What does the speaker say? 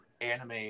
anime